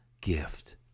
gift